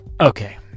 Okay